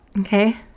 Okay